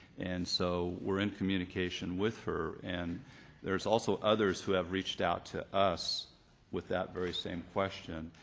and so we're in communication with her and there's also others who have reached out to us with that very same question.